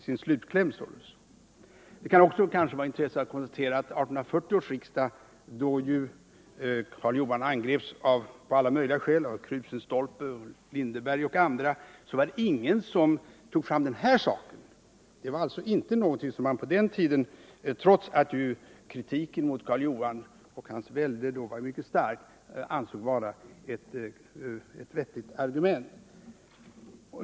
Vid 1840 års riksdag angreps Karl Johan av alla möjliga skäl av Crusenstolpe, Lindeberg och andra. Men trots att kritiken mot Karl Johan och hans välde då var mycket stark var det ingen som ansåg att det fanns ett vettigt argument för att ta upp frågan om Guadeloupemedlen.